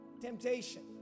temptation